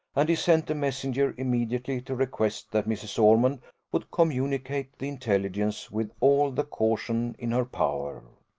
and he sent a messenger immediately to request that mrs. ormond would communicate the intelligence with all the caution in her power.